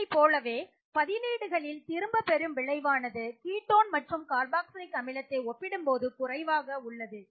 இதைப்போலவே பதிலீடுகளில் திரும்பப்பெறும் விளைவானது கீட்டோன் மற்றும் கார்பாக்சிலிக் அமிலத்தை ஒப்பிடும்போது குறைவாக உள்ளது